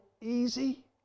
easy